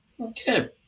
Okay